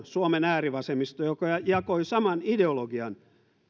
suomen äärivasemmisto joka jakoi saman ideologian